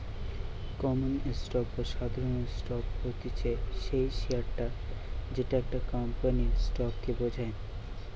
common stock বা সাধারণ stock হতিছে সেই শেয়ারটা যেটা একটা কোম্পানির স্টক কে বোঝায়